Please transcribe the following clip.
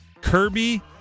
Kirby